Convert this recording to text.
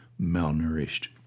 malnourished